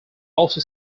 also